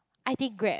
I think grab